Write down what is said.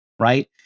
right